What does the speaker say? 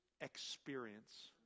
experience